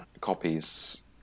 copies